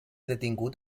detingut